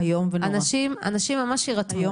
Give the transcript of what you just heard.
אנשים ממש יירתמו.